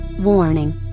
Warning